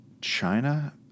China